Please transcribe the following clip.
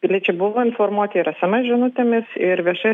piliečiai buvo informuoti ir sms žinutėmis ir viešai